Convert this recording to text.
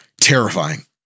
Terrifying